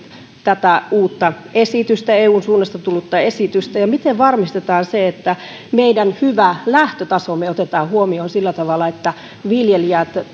tätä uutta eun suunnasta tullutta esitystä ja miten varmistetaan se että meidän hyvä lähtötasomme otetaan huomioon sillä tavalla että viljelijät